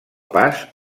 pas